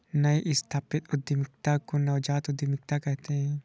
नई स्थापित उद्यमिता को नवजात उद्दमिता कहते हैं